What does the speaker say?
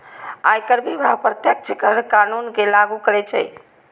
आयकर विभाग प्रत्यक्ष कर कानून कें लागू करै छै